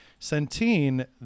Centene